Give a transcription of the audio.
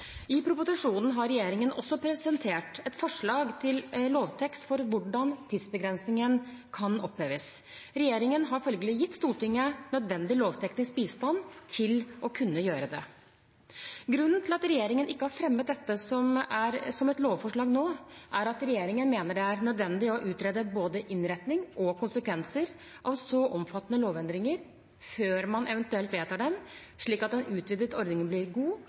I proposisjonen har regjeringen også presentert et forslag til lovtekst for hvordan tidsbegrensningen kan oppheves. Regjeringen har følgelig gitt Stortinget nødvendig lovteknisk bistand til å kunne gjøre det. Grunnen til at regjeringen ikke har fremmet dette som et lovforslag nå, er at regjeringen mener det er nødvendig å utrede både innretning og konsekvenser av så omfattende lovendringer før man eventuelt vedtar dem, slik at en utvidet ordning blir god